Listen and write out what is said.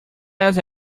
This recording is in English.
else